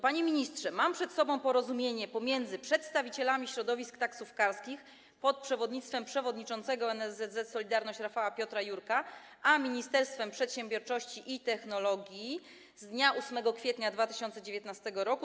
Panie ministrze, mam przed sobą porozumienie pomiędzy przedstawicielami środowisk taksówkarskich pod przewodnictwem przewodniczącego NSZZ „Solidarności” Rafała Piotra Jurka a Ministerstwem Przedsiębiorczości i Technologii z dnia 8 kwietnia 2019 r.